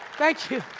thank you.